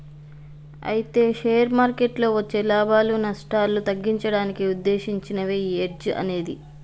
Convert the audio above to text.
అయితే షేర్ మార్కెట్లలో వచ్చే లాభాలు నష్టాలు తగ్గించడానికి ఉద్దేశించినదే ఈ హెడ్జ్ అనేది